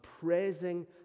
praising